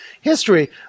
history